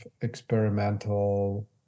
experimental